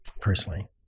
personally